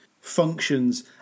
functions